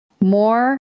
more